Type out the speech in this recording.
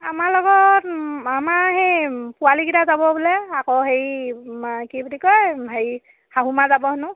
আমাৰ লগত আমাৰ সেই পোৱালীকেইটা যাব বোলে আকৌ হেৰি মা কি বুলি কয় হেৰি শাহুমা যাব হেনো